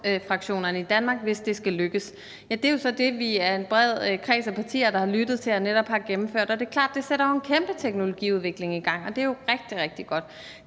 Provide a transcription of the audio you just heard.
affaldsfraktionerne i Danmark, hvis det skal lykkes, og det er jo så det, vi er en bred kreds af partier, der har lyttet til og netop har gennemført. Det er klart, at det sætter en kæmpe teknologiudvikling i gang, og det er jo rigtig, rigtig godt.